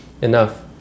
Enough